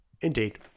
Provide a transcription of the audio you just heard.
Indeed